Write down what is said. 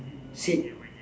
see